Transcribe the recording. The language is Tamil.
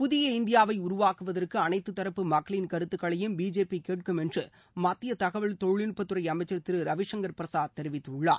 புதிய இந்தியாவை உருவாக்குவதற்கு அனைத்து தரப்பு மக்களின் கருத்துகளையும் பிஜேபி கேட்கும் என்று மத்திய தகவல் தொழில்நுட்பத்துறைஅமைச்சர் திரு ரவிசங்கர் பிரசாத் தெரிவித்துள்ளார்